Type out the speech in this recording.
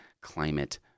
Climate